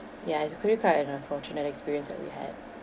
ya it was pretty quite an unfortunate experience that we had